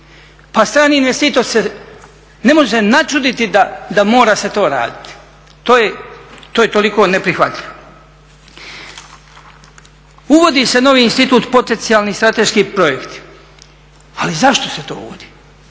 Pa strani investitor se ne može načuditi da mora se to raditi, to je toliko neprihvatljivo. Uvodi se novi institut potencijalnih strateških projekti, ali zašto se to uvodi?